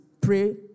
Pray